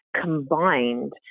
combined